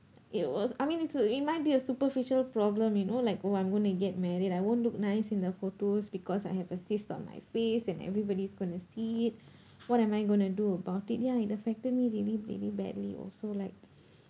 it was I mean it's a it might be a superficial problem you know like oh I'm going to get married I won't look nice in the photos because I have a cyst on my face and everybody's going to see it what am I going to do about it ya it affected me really really badly also like